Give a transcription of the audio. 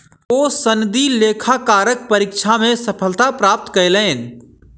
ओ सनदी लेखाकारक परीक्षा मे सफलता प्राप्त कयलैन